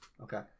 Okay